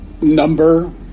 number